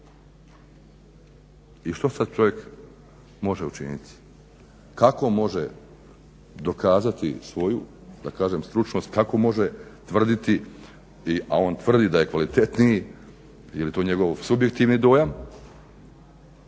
I što sad čovjek može učiniti? Kako može dokazati svoju da kažem stručnost, kako može tvrditi a on tvrdi da je kvalitetniji ili je to njegov subjektivni dojam,